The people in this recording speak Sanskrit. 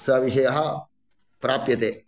सः विषयः प्राप्यते